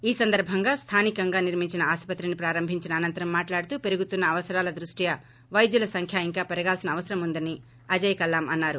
ఈ సందర్బంగా స్థానికంగా నిర్మించిన ఆసుపత్రిని ప్రారంభించిన అనంతరం మాట్లాడుతూ పెరుగుతున్న అవసరాల దృష్ట్యే వైద్యుల సంఖ్య ఇంకా పెరగాల్సిన అవసరం ఉందని అజయ్ కల్లం అన్నారు